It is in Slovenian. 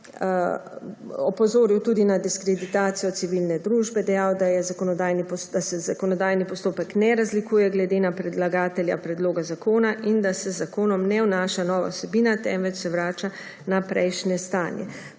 opozoril tudi na diskreditacijo civilne družbe, dejal, da se zakonodajni postopek ne razlikuje glede na predlagatelja predloga zakona in da se z zakonom ne vnaša nova vsebina, temveč se vrača na prejšnje stanje.